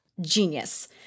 Genius